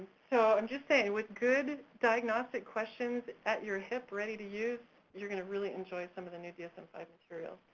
so i'm just saying, with good diagnostic questions at your hip ready to use, you're gonna really enjoy some of the new dsm five material.